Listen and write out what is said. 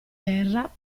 terra